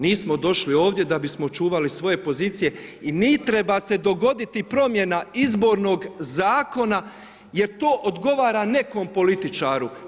Nismo došli ovdje da bismo čuvali svoje pozicije i ne treba se dogoditi promjena Izbornog zakona jer to odgovara nekom političaru.